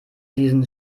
diesen